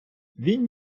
він